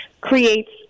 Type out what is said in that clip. creates